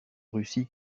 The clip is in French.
russie